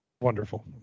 Wonderful